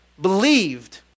believed